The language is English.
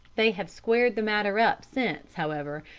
they have squared the matter up since, however,